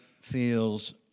feels